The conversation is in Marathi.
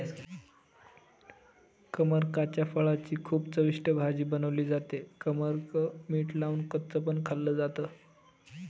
कमरकाच्या फळाची खूप चविष्ट भाजी बनवली जाते, कमरक मीठ लावून कच्च पण खाल्ल जात